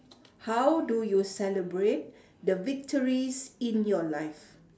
how do you celebrate the victories in your life